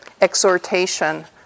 exhortation